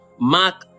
Mark